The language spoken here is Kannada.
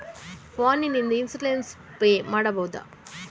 ಫೋನ್ ನಿಂದ ಇನ್ಸೂರೆನ್ಸ್ ಪೇ ಮಾಡಬಹುದ?